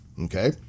Okay